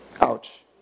Ouch